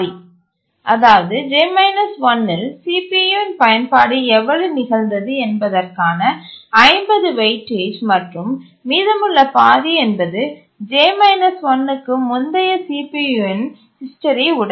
அதாவது j 1 இல் CPU இன் பயன்பாடு எவ்வளவு நிகழ்ந்தது என்பதற்கான 50 வெயிட்டேஜ் மற்றும் மீதமுள்ள பாதி என்பது j−1க்கு முந்தைய CPU இன் ஹிஸ்டரி உடனடி